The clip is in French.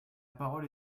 parole